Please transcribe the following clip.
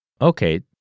Okay